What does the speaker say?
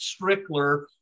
Strickler